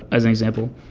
as an example.